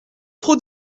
trop